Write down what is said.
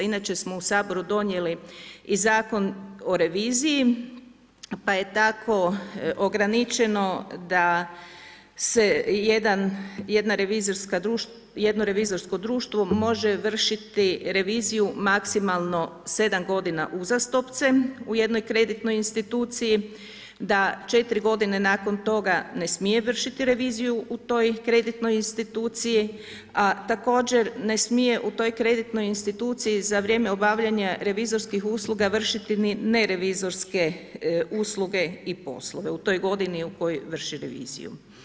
Inače smo u Saboru donijeli i Zakon o reviziji pa je tako ograničeno da se jedno revizorsko društvo može vršiti reviziju maksimalno sedam godina uzastopce u jednoj kreditnoj instituciji, da četiri godine nakon toga ne smije vršiti reviziju u toj kreditnoj instituciji, a također ne smije u toj kreditnoj instituciji za vrijeme obavljanja revizorskih usluga vršiti ne revizorske usluge i poslove u toj godini u kojoj vrši reviziju.